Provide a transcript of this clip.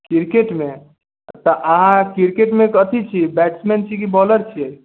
cricket मे तऽ अहाँ क्रिकेट मे कथि छी बैट्समैन छी की बॉलर छीयै